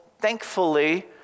thankfully